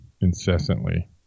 incessantly